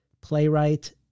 playwright